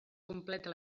completa